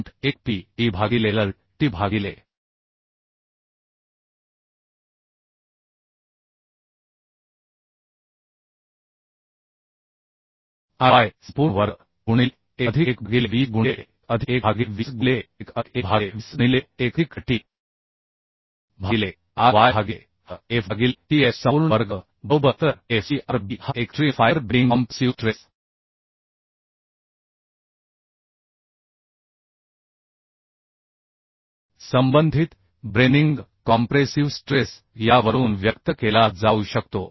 1 pi e भागिले lt भागिले R y संपूर्ण वर्ग गुणिले 1 अधिक 1 भागिले 20 गुणिले 1 अधिक 1 भागिले 20 गुणिले 1 अधिक1 भागिले 20 गुणिले 1 अधिक lt भागिले Ry भागिले hf भागिले tf संपूर्ण वर्ग बरोबर तर f c r b हा extreme fibre bending compressive stress संबंधित ब्रेनिंग कॉम्प्रेसिव स्ट्रेस यावरून व्यक्त केला जाऊ शकतो